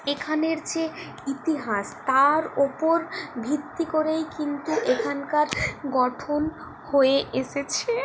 এখানের যে ইতিহাস তার ওপর ভিত্তি করেই কিন্তু এখানকার গঠন হয়ে এসেছে